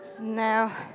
Now